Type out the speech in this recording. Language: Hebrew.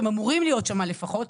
הם אמורים להיות שם לפחות.